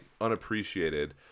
unappreciated